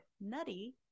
nutty